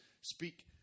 speak